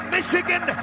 Michigan